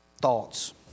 thoughts